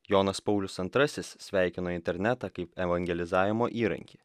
jonas paulius antrasis sveikino internetą kaip evangelizavimo įrankį